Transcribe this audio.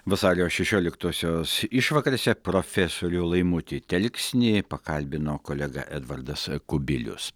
vasario šešioliktosios išvakarėse profesorių laimutį telksnį pakalbino kolega edvardas kubilius